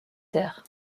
terres